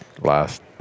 last